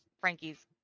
Frankie's